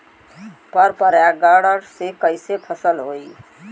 पर परागण से कईसे फसल होई?